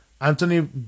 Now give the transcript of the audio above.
Anthony